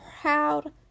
proud